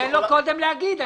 תן לו קודם להגיד,